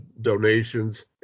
donations